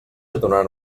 adonar